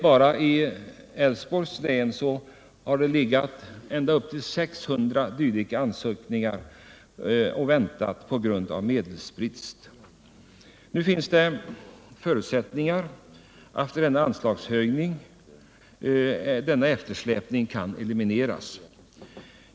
Bara i Älvsborgs län har det legat ända upp till 600 dylika ansökningar och väntat på grund av medelsbrist. Nu finns det efter denna anslagshöjning förutsättningar för att eftersläpningen kan elimineras.